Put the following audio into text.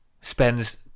spends